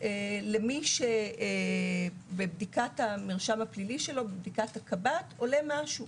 למי שבבדיקת המרשם הפלילי שלו עולה משהו,